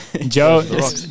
Joe